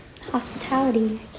hospitality